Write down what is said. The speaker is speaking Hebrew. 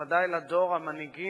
ובוודאי לדור המנהיגים